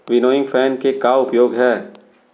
Winnowing fan के का उपयोग हे?